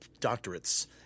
doctorates